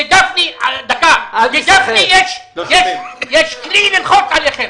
כי לגפני יש כלי ללחוץ עליכם.